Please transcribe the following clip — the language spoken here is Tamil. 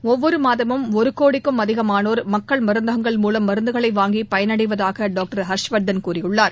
ஒவ்வொரு மாதமும் ஒரு கோடிக்கும் அதிகமானோர் மக்கள் மருந்தகங்கள் மூலம் மருந்துகளை வாங்கி பயனடைவதாக டாக்டர் ஹர்ஷ்வர்தன் கூறினார்